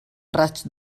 raig